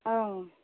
ओं